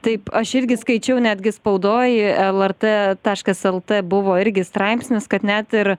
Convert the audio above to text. taip aš irgi skaičiau netgi spaudoj lrt taškas lt buvo irgi straipsnis kad net ir